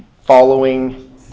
following